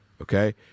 Okay